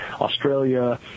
Australia